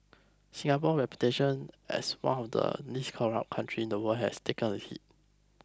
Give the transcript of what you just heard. Singapore's reputation as one of the least corrupt countries in the world has taken a hit